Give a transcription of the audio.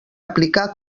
aplicar